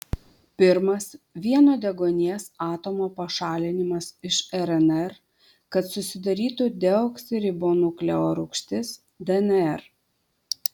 pirmas vieno deguonies atomo pašalinimas iš rnr kad susidarytų deoksiribonukleorūgštis dnr